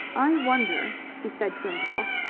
i wonder, he said to himself,